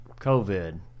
covid